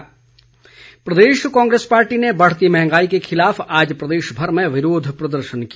कांग्रेस प्रदेश कांग्रेस पार्टी ने बढ़ती मंहगाई के खिलाफ आज प्रदेश भर में विरोध प्रदर्शन किया